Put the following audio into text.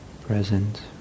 present